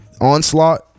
Onslaught